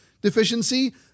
deficiency